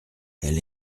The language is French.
elle